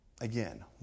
Again